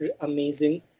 amazing